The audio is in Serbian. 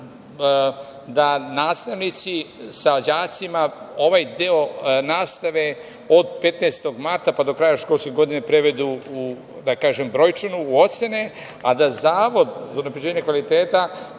da nastavnici sa đacima ovaj deo nastave od 15. marta pa do kraja školske godine prevedu brojčano u ocene, a da Zavod za unapređenje kvaliteta,